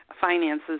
finances